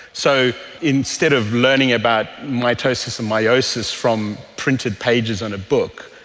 so instead of learning about mitosis and meiosis from printed pages in a book,